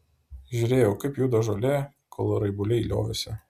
žiūrėjau kaip juda žolė kol raibuliai liovėsi